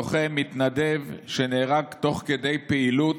לוחם, מתנדב, שנהרג תוך כדי פעילות,